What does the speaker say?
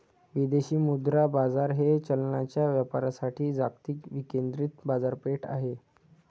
विदेशी मुद्रा बाजार हे चलनांच्या व्यापारासाठी जागतिक विकेंद्रित बाजारपेठ आहे